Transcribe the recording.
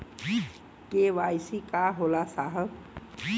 KYC का होला साहब?